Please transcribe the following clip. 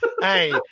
Hey